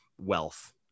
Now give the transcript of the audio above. wealth